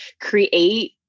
create